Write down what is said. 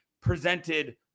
presented